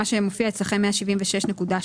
מה שמופיע אצלכם 176.2,